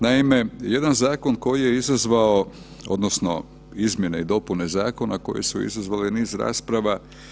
Naime, jedan zakon koji je izazvao odnosno izmjene i dopune zakona koje su izazvale niz rasprava.